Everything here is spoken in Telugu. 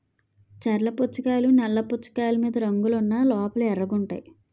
చర్ల పుచ్చకాయలు నల్ల పుచ్చకాయలు మీద రంగులు ఉన్న లోపల ఎర్రగుంటాయి